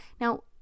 Now